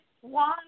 one